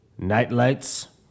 Nightlights